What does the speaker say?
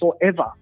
forever